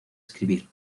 escribir